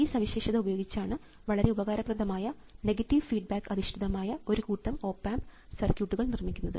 ഈ സവിശേഷത ഉപയോഗിച്ചാണ് വളരെ ഉപകാരപ്രദമായ നെഗറ്റീവ് ഫീഡ്ബാക്ക് അധിഷ്ഠിതമായ ഒരു കൂട്ടം ഓപ് ആമ്പ് സർക്യൂട്ടുകൾ നിർമ്മിക്കുന്നത്